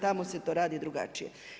Tamo se to radi drugačije.